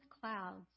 clouds